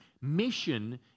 mission